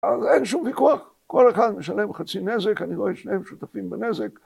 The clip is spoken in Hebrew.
אז אין שום ויכוח, כל הקהל משלם חצי נזק, אני רואה את שניהם שותפים בנזק